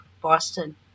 Boston